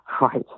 Right